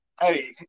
Hey